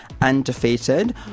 Undefeated